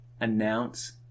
announce